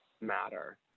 matter